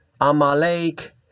Amalek